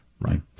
right